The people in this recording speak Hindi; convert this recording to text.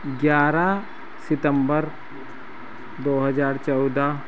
ग्यारह सितम्बर दो हज़ार चौदह